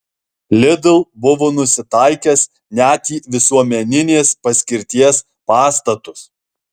lidl buvo nusitaikęs net į visuomeninės paskirties pastatus